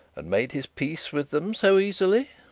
and made his peace with them so easily?